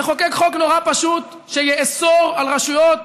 נחוקק חוק נורא פשוט שיאסור על רשויות